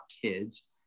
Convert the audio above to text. kids